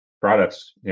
products